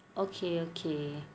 okay okay